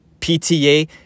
PTA